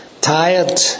tired